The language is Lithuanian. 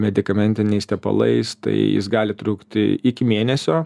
medikamentiniais tepalais tai jis gali trukti iki mėnesio